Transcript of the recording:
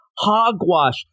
Hogwash